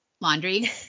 Laundry